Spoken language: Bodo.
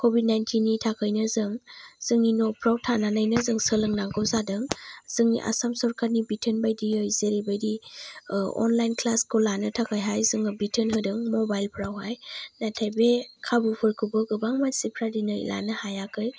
क'भिड नाइनटिइननि थाखाय नो जों जोंनि न'फ्राव थांनानैनो सोलोंनांगौ जादों जोंनि आसाम सरखारनि बिथोन बायदियै जेरै बायदि अनलाइन क्लासखौ लानो थाखायहाय जोनो बिथोन होदों मबाइलफ्रावहाय नाथाय बे खाबु फोरखौबो गोबां मानसिफ्रा दिनै लानो हायाखै